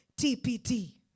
TPT